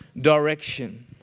direction